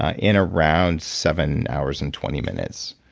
ah in around seven hours and twenty minutes.